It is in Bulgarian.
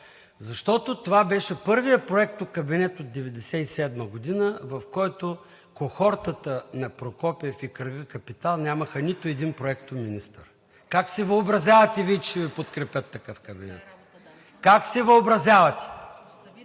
Защото това беше първият проектокабинет от 1997 г., в който кохортата на Прокопиев и кръгът „Капитал“ нямаха нито един проектоминистър. Как си въобразявате Вие, че ще Ви подкрепят такъв кабинет? Как си въобразявате?